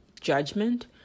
judgment